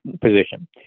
position